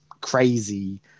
crazy